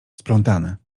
splątane